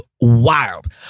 wild